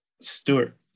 Stewart